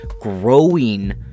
growing